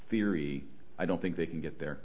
theory i don't think they can get there